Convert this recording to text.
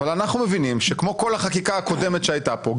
אבל אנחנו מבינים שכמו כל החקיקה הקודמת שהייתה פה,